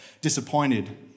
disappointed